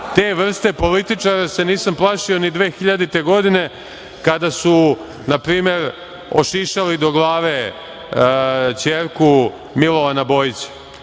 te vrste političara se nisam plašio ni 2000. godine kada su na primer ošišali do glave ćerku Milovana Bojića.